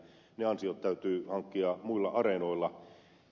ne ansiot täytyy hankkia muilla areenoilla